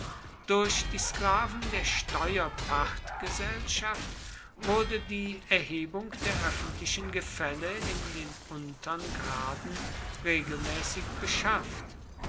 durch die sklaven der steuerpachtgesellschaft wurde die erhebung der öffentlichen gefälle in den untern graden regelmäßig beschafft